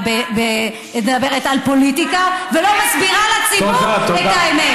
לדבר על פוליטיקה ולא מסבירה לציבור את האמת.